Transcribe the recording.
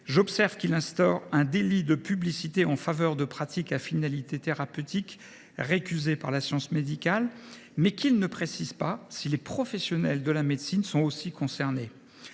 car il instaure un délit de publicité en faveur de pratiques à finalité thérapeutique récusées par la science médicale, mais ne précise pas si les professionnels de la médecine sont eux aussi concernés.